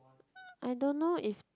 I don't know if